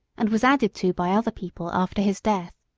and was added to by other people after his death.